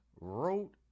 wrote